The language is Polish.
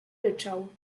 ryczał